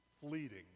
fleeting